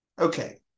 Okay